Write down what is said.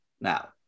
now